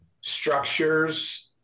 structures